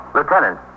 Lieutenant